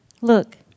Look